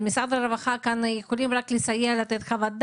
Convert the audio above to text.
משרד הרווחה יכולים רק לסייע לתת חוות דעת,